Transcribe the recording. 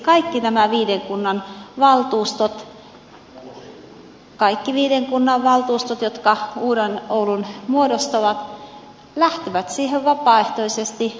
kaikki nämä viiden kunnan valtuustot jotka uuden oulun muodostavat lähtevät siihen vapaaehtoisesti rakentavasti